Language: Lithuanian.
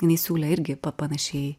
jinai siūlė irgi pa panašiai